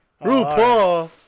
RuPaul